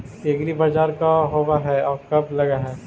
एग्रीबाजार का होब हइ और कब लग है?